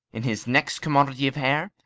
in his next commodity of hair,